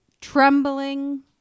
trembling